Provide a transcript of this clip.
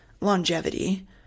longevity